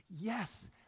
Yes